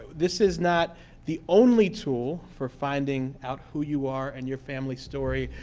this is not the only tool for finding out who you are and your family story,